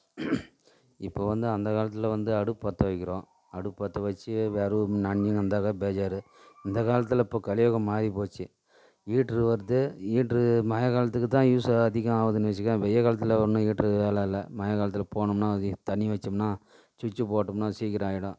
இப்போது வந்து அந்த காலத்தில் வந்து அடுப்பு பற்ற வைக்கிறோம் அடுப்பு பற்ற வச்சு வெறகு நனைஞ்சிக்கினு இருந்தாக்கா பேஜார் இந்த காலத்தில் இப்போ கலியுகம் மாறிப்போச்சு ஹீட்ரு வருது ஹீட்ரு மழை காலத்துக்குத்தான் யூஸ் அதிகம் ஆகுதுனு வெச்சுக்கவேன் வெய்ல் காலத்தில் ஒன்றும் ஹீட்ரு வேலை இல்லை மழை காலத்தில் போனோம்னா வந்து அது தண்ணி வெச்சோம்னா சுவிட்ச் போட்டோம்னா சீக்கிரம் ஆகிடும்